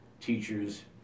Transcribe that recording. teachers